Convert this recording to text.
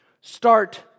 Start